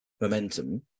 momentum